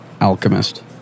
alchemist